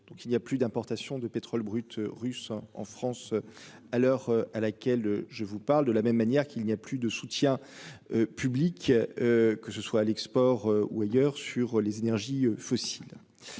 donc il y a plus d'importations de pétrole brut russe en France à l'heure à laquelle je vous parle de la même manière qu'il n'y a plus de soutien. Public. Que ce soit à l'export ou ailleurs sur les énergies fossiles.